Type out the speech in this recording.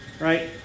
right